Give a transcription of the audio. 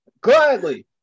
Gladly